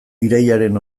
irailaren